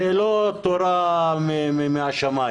זו לא תורה מהשמיים.